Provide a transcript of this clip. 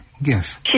yes